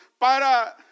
para